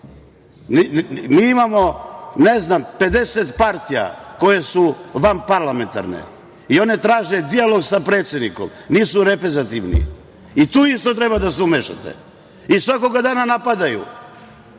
Mi imamo, ne znam, 50 partija koje su vanparlamentarne i one traže dijalog sa predsednikom, nisu reprezentativni. I tu isto treba da se umešate. Svakoga dana napadu.